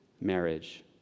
marriage